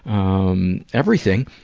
um, everything.